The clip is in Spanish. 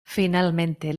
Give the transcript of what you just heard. finalmente